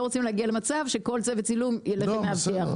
לא רוצים להגיע למצב שכל זה בצילום יילך עם מאבטח,